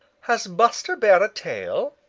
has buster bear a tail?